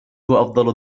أفضل